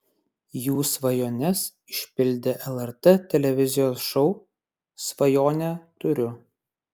jų svajones išpildė lrt televizijos šou svajonę turiu